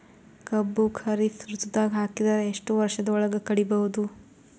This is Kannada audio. ಕಬ್ಬು ಖರೀಫ್ ಋತುದಾಗ ಹಾಕಿದರ ಎಷ್ಟ ವರ್ಷದ ಒಳಗ ಕಡಿಬಹುದು?